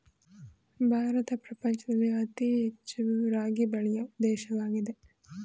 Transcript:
ಭಾರತ ಪ್ರಪಂಚದಲ್ಲಿ ಅತಿ ಹೆಚ್ಚು ರಾಗಿ ಬೆಳೆಯೊ ದೇಶವಾಗಿದೆ